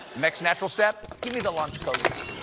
next natural step give me the launch codes.